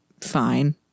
fine